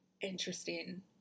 interesting